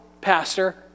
Pastor